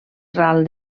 ral